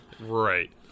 Right